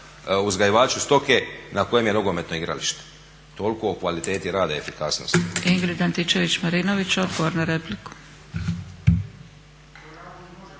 uzgajivaču stoke na kojem je nogometno igralište. Toliko o kvaliteti rade i efikasnosti.